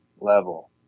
level